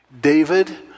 David